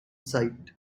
sight